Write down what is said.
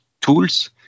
tools